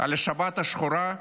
על השבת השחורה,